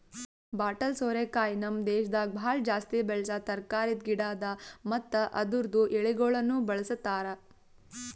bottle ಸೋರೆಕಾಯಿ ನಮ್ ದೇಶದಾಗ್ ಭಾಳ ಜಾಸ್ತಿ ಬೆಳಸಾ ತರಕಾರಿದ್ ಗಿಡ ಅದಾ ಮತ್ತ ಅದುರ್ದು ಎಳಿಗೊಳನು ಬಳ್ಸತಾರ್